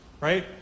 right